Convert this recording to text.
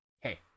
Hey